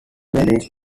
managed